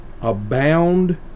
abound